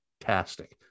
fantastic